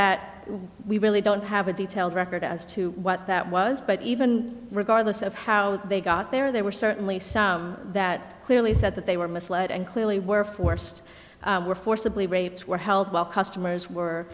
that we really don't have a detailed record as to what that was but even regardless of how they got there there were certainly some that clearly said that they were misled and clearly were forced were forcibly raped were held while customers were